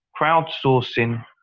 crowdsourcing